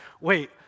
wait